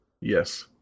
Yes